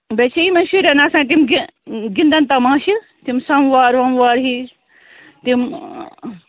بیٚیہِ چھِ یِمے شُرٮ۪ن آسان تِم گِی گِنٛدَن تَماشہِ تِم سموار وموار ہِوۍ تِم